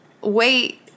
wait